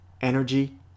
energy